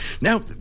now